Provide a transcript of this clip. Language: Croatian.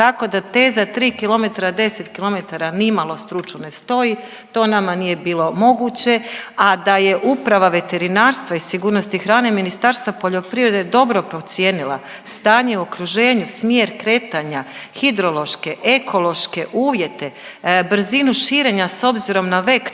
Tako da teza 3 km, 10 km, nimalo stručno ne stoji. To nama nije bilo moguće, a da je uprava veterinarstva i sigurnosti hrane Ministarstva poljoprivrede dobro procijenila stanje u okruženju, smjer kretanja, hidrološke, ekološke uvjete, brzinu širenja s obzirom na vektore.